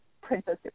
Princess